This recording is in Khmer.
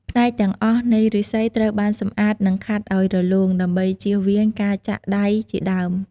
ផ្នែកទាំងអស់នៃឫស្សីត្រូវបានសម្អាត និងខាត់ឲ្យរលោង ដើម្បីជៀសវាងការចាក់ដៃជាដើម។